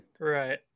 Right